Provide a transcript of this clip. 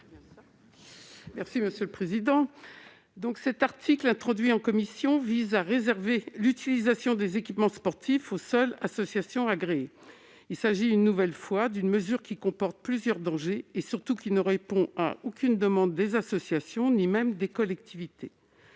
présenter l'amendement n° 327. L'article 25 B, introduit en commission, réserve l'utilisation des équipements sportifs aux seules associations agréées. Il s'agit une nouvelle fois d'une mesure qui comporte plusieurs dangers et qui, surtout, ne répond à aucune demande des associations, ni même des collectivités.